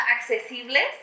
accesibles